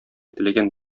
теләгән